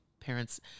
parents